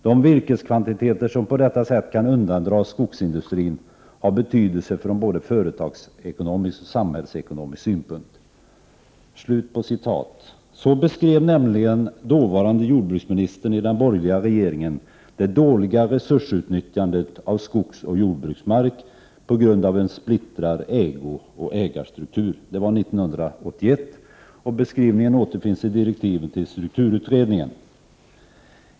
De virkeskvantiteter som på detta sätt kan undandras skogsindustrin har betydelse från både företagsekonomisk och samhällsekonomisk synpunkt.” Så beskrev dåvarande jordbruksministern i den borgerliga regeringen det dåliga resursutnyttjandet av skogsoch jordbruksmark till följd av en splittrad ägooch ägarstruktur. Det var 1981 och beskrivningen återfinns i direktiven till strukturutredningen.